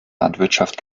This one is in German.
landwirtschaft